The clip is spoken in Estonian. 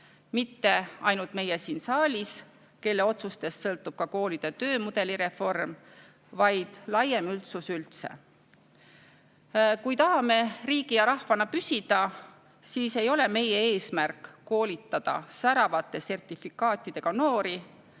mitte ainult meie siin saalis, kelle otsustest sõltub ka koolide töömudeli reform, vaid laiem üldsus üldse. Kui tahame riigi ja rahvana püsida, siis ei ole meie eesmärk koolitada säravate sertifikaatidega noori,